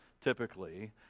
typically